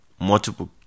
Multiple